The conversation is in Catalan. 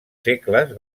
segles